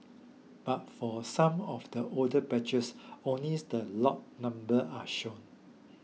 but for some of the older batches only the lot numbers are shown